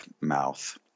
mouth